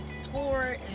score